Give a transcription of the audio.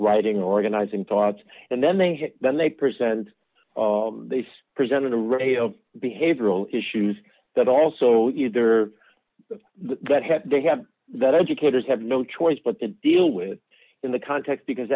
writing organizing thoughts and then they have then they present this presented a ray of behavioral issues that also either that have they have that educators have no choice but to deal with in the context because